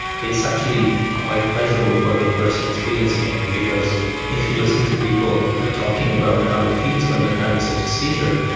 it's actually quite pleasurable for the person experiencing it because if you listen to people ah talking about how it feels when they are having such a seizure,